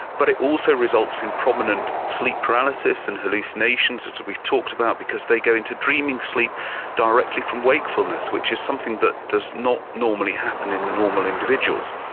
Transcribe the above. but it also results results in prominent sleep paralysis and hallucinations, as we've talked about, because they go into dreaming sleep directly from wakefulness, which is something that does not normally happen in normal individuals.